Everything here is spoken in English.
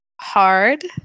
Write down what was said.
hard